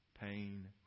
pain